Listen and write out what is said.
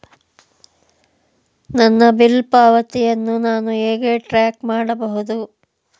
ನನ್ನ ಬಿಲ್ ಪಾವತಿಯನ್ನು ನಾನು ಹೇಗೆ ಟ್ರ್ಯಾಕ್ ಮಾಡಬಹುದು?